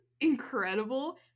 incredible